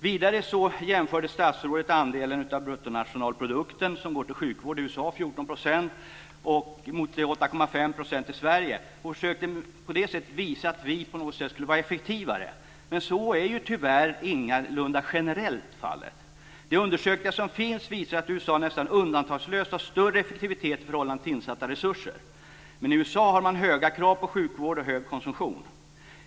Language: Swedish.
Vidare jämförde statsrådet andelen av bruttonationalprodukten som går till sjukvård. I USA är det 14 %, mot 8,5 % i Sverige. Han försökte på det viset visa att vi på något sätt skulle vara effektivare. Men så är tyvärr ingalunda fallet generellt. De undersökningar som finns visar att USA nästan undantagslöst har större effektivitet i förhållande till insatta resurser. Men i USA har man höga krav på sjukvård, och hög konsumtion.